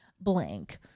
blank